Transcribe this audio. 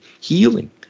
healing